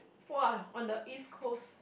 !wah! on the East Coast